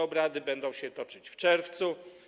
Te obrady będą się toczyć w czerwcu.